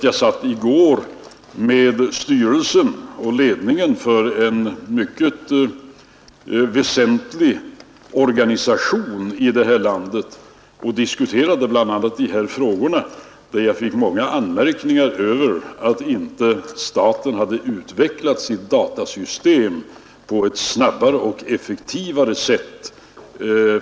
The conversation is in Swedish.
Jag satt i går med ledningen för en mycket väsentlig organisation i det här landet och diskuterade bl.a. de här frågorna, och dä fick jag många anmärkningar mot att inte staten hade utvecklat sitt datasystem på ett snabbare och effektivare sätt.